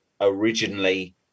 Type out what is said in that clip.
originally